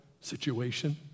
situation